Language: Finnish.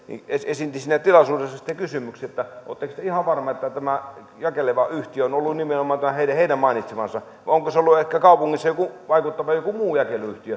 esitin siinä tilaisuudessa sitten kysymyksen että oletteko te ihan varma että tämä jakeleva yhtiö on ollut nimenomaan tämä heidän mainitsemansa vai onko se ollut ehkä kaupungissa vaikuttava joku muu